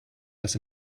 das